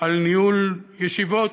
על ניהול ישיבות,